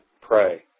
pray